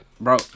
bro